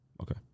Okay